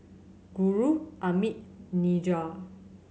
Guru Amit Niraj